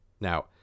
Now